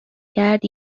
کرد